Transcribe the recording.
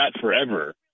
forever